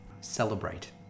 celebrate